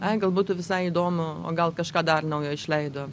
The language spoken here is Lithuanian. ai gal būtų visai įdomu o gal kažką dar naujo išleido